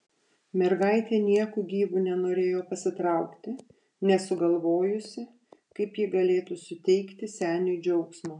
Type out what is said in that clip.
mergaitė nieku gyvu nenorėjo pasitraukti nesugalvojusi kaip ji galėtų suteikti seniui džiaugsmo